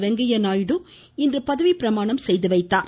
வெங்கய்ய நாயுடு இன்று பதவிப்பிரமாணம் செய்து வைத்தாா்